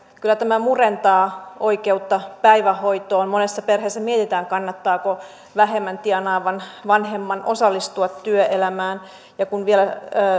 kyllä tämä murentaa oikeutta päivähoitoon monessa perheessä mietitään kannattaako vähemmän tienaavan vanhemman osallistua työelämään ja kun vielä